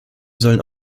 sollen